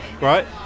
right